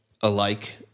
alike